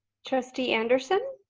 trustee anderson.